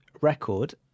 record